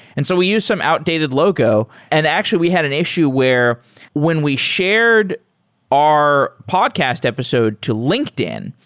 and so we used some outdated logo, and actually we had an issue where when we shared our podcast episode to linkedin,